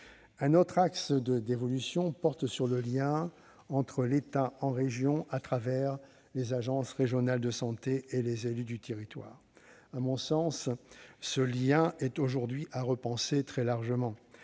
Un autre axe d'évolution porte sur le lien entre l'État en région, à travers les agences régionales de santé, les ARS, et les élus du territoire. À mon sens, ce lien est aujourd'hui à repenser très largement.